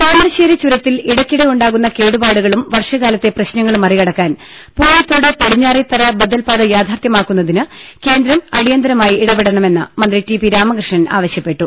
താമരശ്ശേരി ചുരത്തിൽ ഇടയ്ക്കിടെയുണ്ടാകുന്ന കേടുപാടുകളും വർഷകാലത്തെ പ്രശ്നങ്ങളും മറികടക്കാൻ പൂഴിത്തോട് പടിഞ്ഞാറെ ത്തറ ബദൽപാത യാഥാർത്ഥ്യമാക്കുന്നതിന് കേന്ദ്രം അടിയന്തരമായി ഇട പെടണമെന്ന് മന്ത്രി ടി പി രാമകൃഷ്ണൻ ആവശ്യപ്പെട്ടു